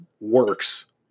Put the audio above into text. works